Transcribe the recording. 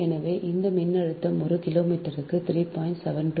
எனவே அந்த மின்னழுத்தம் ஒரு கிலோமீட்டருக்கு 3